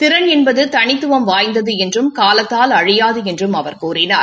திறன் என்பது தனித்துவம் வாய்ந்தது என்றும் காலத்தால் அழியாது என்றும் அவர் கூறினார்